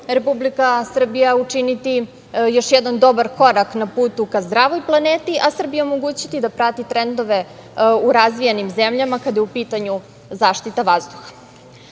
Republika Srbija učiniti još jedan dobar korak na putu ka zdravoj planeti, a Srbiji omogućiti da prati trendove u razvijenim zemljama kada je u pitanju zaštita vazduha. Moram